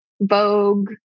Vogue